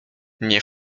nie